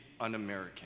un-American